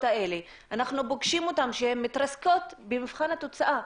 אנחנו פוגשים אותם כשהם מתרסקים במבחן התוצאה.